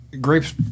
Grapes